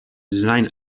designed